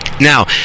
now